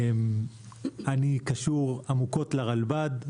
אני קשור עמוקות לרלב"ד,